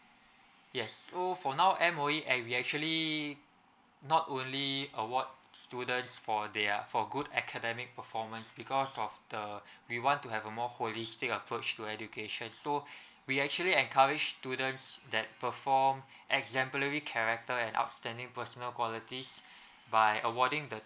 yes so for now M_O_E we actually not only award students for their for good academic performance because of the we want to have a more holistic approach to education so we actually encourage students that perform exemplary character and outstanding personal qualities by awarding the